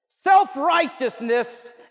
Self-righteousness